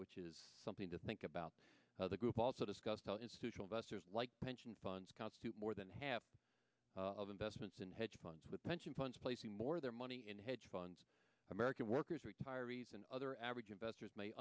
which is something to think about how the group also discussed how institutional vassar's like pension funds more than half of investments in hedge funds pension funds placing more their money in hedge funds american workers retirees and other average investors may